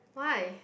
why